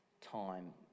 time